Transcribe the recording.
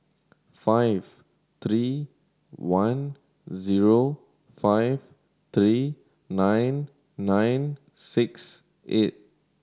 five three one zero five three nine nine six eight